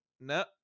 No